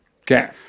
okay